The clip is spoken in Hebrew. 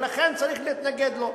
ולכן צריך להתנגד לו.